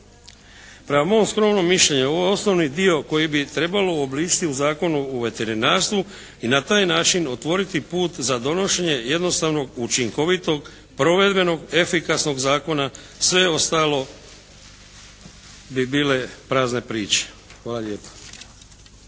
Prema mom skromnom mišljenju ovo je osnovni dio koji bi trebalo uobličiti u Zakonu o veterinarstvu i na taj način otvoriti put za donošenje jednostavnog učinkovitog provedbenog efikasnog zakona. Sve ostalo bi bile prazne priče. Hvala lijepa.